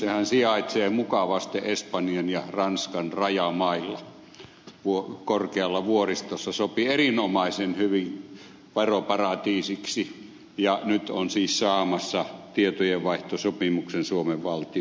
sehän sijaitsee mukavasti espanjan ja ranskan rajamailla korkealla vuoristossa sopii erinomaisen hyvin veroparatiisiksi ja nyt on siis saamassa tietojenvaihtosopimuksen suomen valtion kanssa